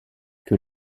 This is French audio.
que